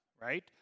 right